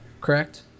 correct